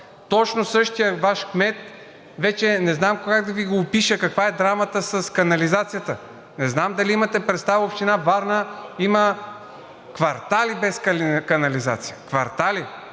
Точно същият Ваш кмет вече не знам как да Ви го опиша, каква е драмата с канализацията, не знам дали имате представа, че в община Варна има квартали без канализация –